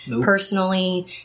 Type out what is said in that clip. personally